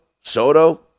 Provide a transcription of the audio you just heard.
Soto